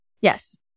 Yes